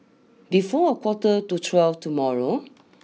before a quarter to twelve tomorrow